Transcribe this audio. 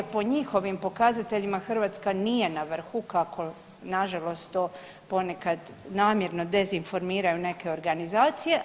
Po njihovim pokazateljima Hrvatska nije na vrhu kako na žalost to ponekad namjerno dezinformiraju neke organizacije.